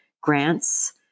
grants